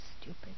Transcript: stupid